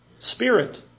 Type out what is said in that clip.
Spirit